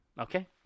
Okay